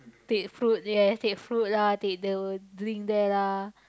take fruit yes take fruit lah take the drink there lah